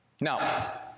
Now